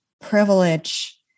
privilege